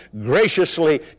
graciously